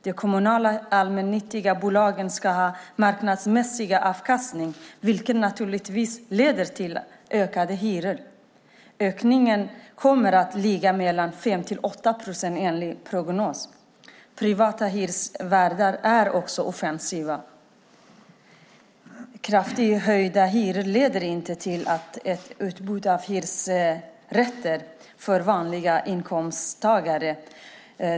De kommunala, allmännyttiga bostadsbolagen ska ha marknadsmässig avkastning, vilket naturligtvis leder till ökade hyror. Ökningen kommer att ligga mellan 5 och 8 procent enligt prognosen. Privata hyresvärdar är offensiva. Kraftigt höjda hyror leder inte till ökat utbud av hyresrätter för vanliga inkomsttagare.